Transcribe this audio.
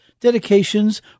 dedications